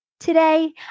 Today